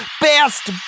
best